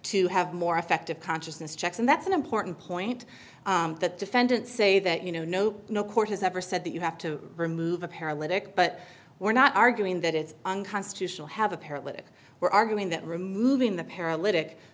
to have more effective consciousness checks and that's an important point that defendants say that you know nope no court has ever said that you have to remove a paralytic but we're not arguing that it's unconstitutional have a paralytic were arguing that removing the para